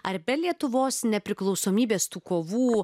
ar be lietuvos nepriklausomybės tų kovų